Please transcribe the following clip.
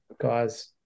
guys